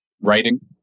writing